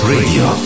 Radio